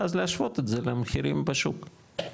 ואז להשוות את זה למחירים בשוק.